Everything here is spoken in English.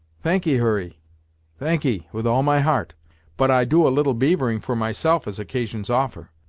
thank'ee, hurry thank'ee, with all my heart but i do a little beavering for myself as occasions offer.